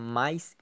mais